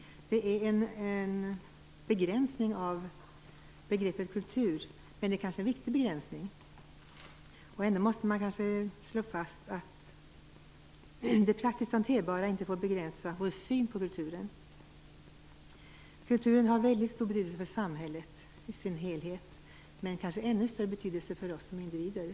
Det är en begränsning av begreppet kultur men kanske en viktig sådan. Ändå måste man slå fast att det praktiskt hanterbara inte får begränsa vår syn på kulturen. Kulturen har väldigt stor betydelse för samhället i dess helhet men kanske ännu större betydelse för oss som individer.